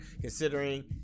considering